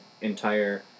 entire